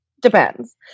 depends